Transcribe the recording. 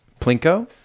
Plinko